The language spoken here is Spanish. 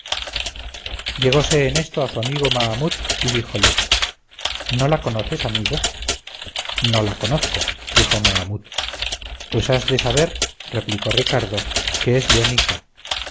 llegóse en esto a su amigo mahamut y díjole no la conoces amigo no la conozco dijo mahamut pues has de saber replicó ricardo que es leonisa